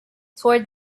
toward